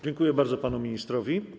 Dziękuję bardzo panu ministrowi.